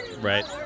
Right